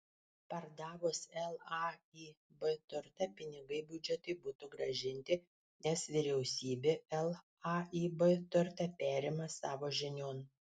pardavus laib turtą pinigai biudžetui būtų grąžinti nes vyriausybė laib turtą perima savo žinion